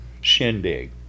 shindig